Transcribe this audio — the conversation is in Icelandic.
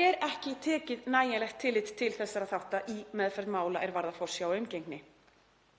er ekki tekið nægilegt tillit til þessara þátta í meðferð mála er varða forsjá og umgengni.